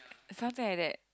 something like that